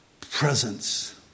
presence